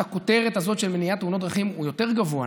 הכותרת הזאת של מניעת תאונות דרכים הוא יותר גבוה.